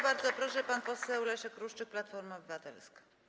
Bardzo proszę, pan poseł Leszek Ruszczyk, Platforma Obywatelska.